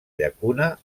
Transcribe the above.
llacuna